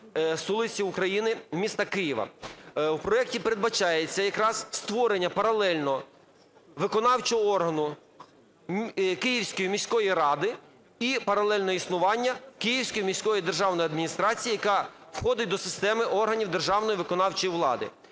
столиці України - міста Києва. В проекті передбачається якраз створення паралельно виконавчого органу – Київської міської ради і паралельно існування Київської міської державної адміністрації, яка входить до системи органів державної виконавчої влади.